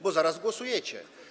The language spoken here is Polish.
Bo zaraz głosujecie.